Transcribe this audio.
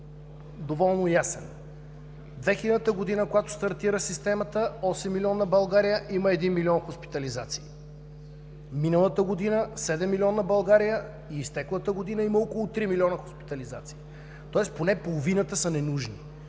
доволно ясен – през 2000 г., когато стартира системата, в осеммилионна България има един милион хоспитализации. Миналата година в седеммилионна България и през изтеклата година има около три милиона хоспитализации. Тоест поне половината са ненужни.